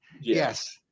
Yes